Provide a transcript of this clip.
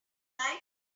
like